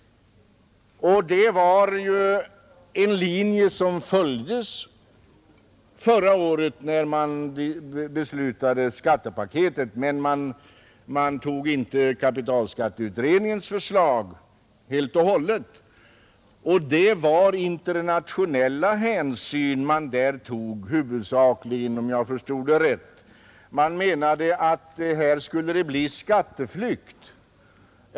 Det var en linje som följdes förra året, när vi beslutade om skattepaketet, som dock inte omfattade kapitalskatteberedningens förslag helt och hållet. Om jag förstod rätt var det huvudsakligen internationella hänsyn man då tog. Man menade att det förelåg risk för skatteflykt.